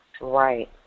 Right